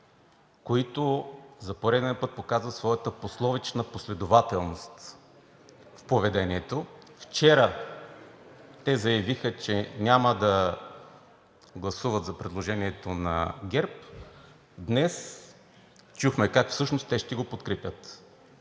които за пореден път показват своята пословична последователност в поведението. Вчера те заявиха, че няма да гласуват за предложението на ГЕРБ, днес чухме как всъщност те ще го подкрепят.